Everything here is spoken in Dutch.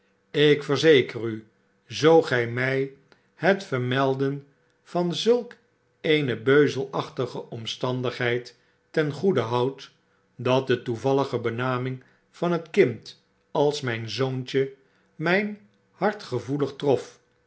ik verzeker u zoo gy mij het vermelden van zulk een beuzelachtige omstandigheid ten goede houdt dat de toevallige benaming van het kind als myn zoontje rap hart gevoelig trof